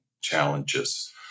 challenges